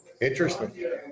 Interesting